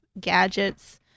gadgets